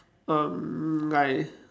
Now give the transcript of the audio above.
um like